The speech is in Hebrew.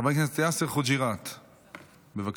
חבר הכנסת יאסר חוג'יראת, בבקשה.